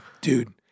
Dude